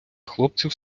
хлопців